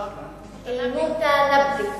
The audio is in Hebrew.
מותנבי.